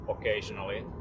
occasionally